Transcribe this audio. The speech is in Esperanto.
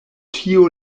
tio